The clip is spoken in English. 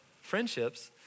friendships